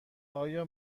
آیا